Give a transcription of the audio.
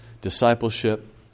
discipleship